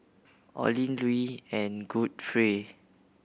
Olin Louie and Godfrey